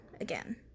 again